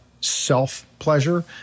self-pleasure